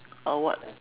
or what